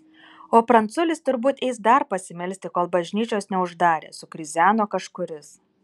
o pranculis turbūt eis dar pasimelsti kol bažnyčios neuždarė sukrizeno kažkuris